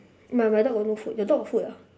my my dog got no food your dog got food ah